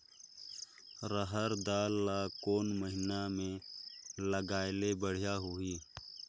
रहर दाल ला कोन महीना म लगाले बढ़िया होही?